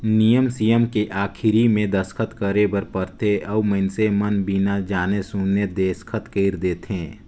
नियम सियम के आखरी मे दस्खत करे बर परथे अउ मइनसे मन बिना जाने सुन देसखत कइर देंथे